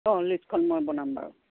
অঁ লিষ্টখন মই বনাম বাৰু